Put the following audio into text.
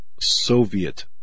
Soviet